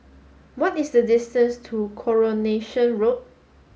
what is the distance to Coronation Walk